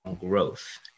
growth